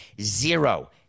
Zero